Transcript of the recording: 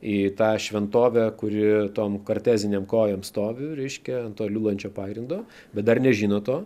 į tą šventovę kuri tom kartezinėm kojom stovi reiškia ant to liulančio pagrindo bet dar nežino to